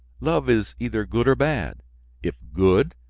love is either good or bad if good,